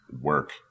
work